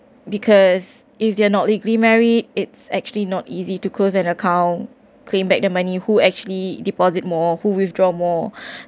because if they're not legally married it's actually not easy to close an account claim back the money who actually deposit more who withdraw more